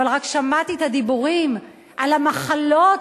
אבל רק שמעתי את הדיבורים על המחלות